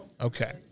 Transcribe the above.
Okay